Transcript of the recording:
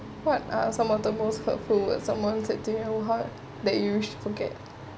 what are some of the most hurtful words someone said to you to and how you should forget